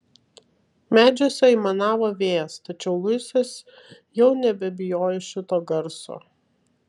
medžiuose aimanavo vėjas tačiau luisas jau nebebijojo šito garso